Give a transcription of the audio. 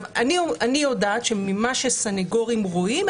אני יודעת ממה שסנגורים רואים,